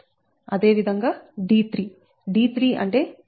అదేవిధంగా d3 d3 అంటే ఇది